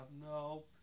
no